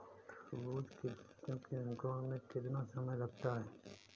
तरबूज के बीजों के अंकुरण में कितना समय लगता है?